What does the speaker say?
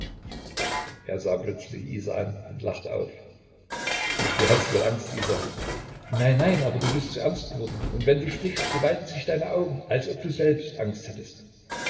er sah plötzlich isa an und lachte auf du hast wohl angst isa nein nein aber du bist so ernst geworden und wenn du sprichst so weiten sich deine augen als ob du selbst angst hättest